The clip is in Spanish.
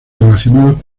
relacionados